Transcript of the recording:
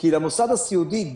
כי למוסד הסיעודי,